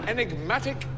Enigmatic